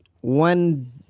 one